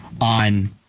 on